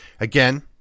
Again